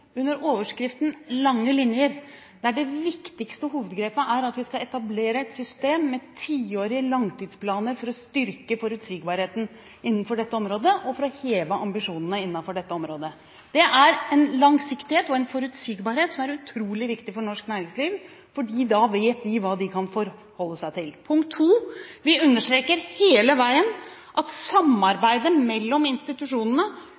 under overskriften Lange linjer, der det viktigste hovedgrepet er at vi skal etablere et system med tiårige langtidsplaner for å styrke forutsigbarheten innenfor dette området og for å heve ambisjonene innenfor dette området. Det er en langsiktighet og en forutsigbarhet som er utrolig viktig for norsk næringsliv, fordi da vet de hva de kan forholde seg til. Punkt to: Vi understreker hele veien at samarbeidet mellom institusjonene,